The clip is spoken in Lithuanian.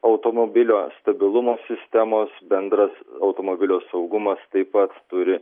automobilio stabilumo sistemos bendras automobilio saugumas taip pat turi